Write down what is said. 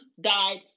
died